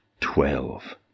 twelve